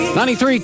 93